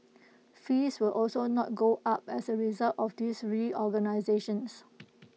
fees will also not go up as A result of this reorganisations